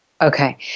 Okay